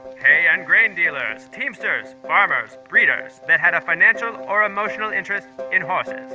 hay and grain dealers, teamsters, farmers, breeders that had a financial or emotional interest in horses